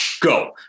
go